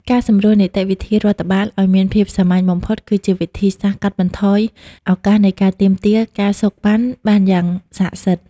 ការសម្រួលនីតិវិធីរដ្ឋបាលឱ្យមានភាពសាមញ្ញបំផុត គឺជាវិធីសាស្ត្រកាត់បន្ថយឱកាសនៃការទាមទារ ការសូកប៉ាន់ បានយ៉ាងស័ក្តិសិទ្ធិ។